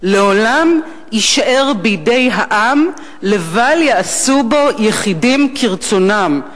לעולם יישאר בידי העם, לבל יעשו בו יחידים כרצונם.